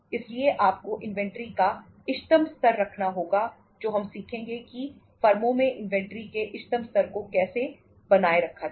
इसलिए आपको इन्वेंट्री का इष्टतम स्तर रखना होगा जो हम सीखेंगे कि फर्मों में इन्वेंट्री के इष्टतम स्तर को कैसे बनाए रखा जाए